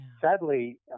sadly